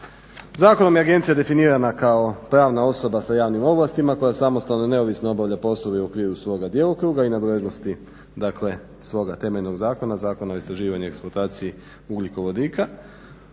Zakonom je agencija definirana kao pravna osoba sa javnim ovlastima koja samostalno i neovisno obavlja poslove u okviru svoga djelokruga i nadležnosti dakle svoga temeljnog zakona, Zakona o istraživanju i eksploataciji ugljikovodika.